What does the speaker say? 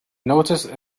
noticed